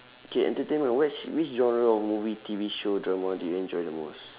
okay entertainment which which genre of movie T_V show drama do you enjoy the most